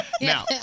Now